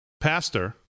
pastor